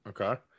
Okay